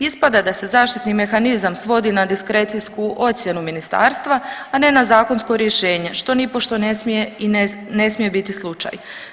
Ispada da se zaštitni mehanizam svodi na diskrecijsku ocjenu Ministarstva, a ne na zakonsko rješenje što nipošto ne smije biti slučaj.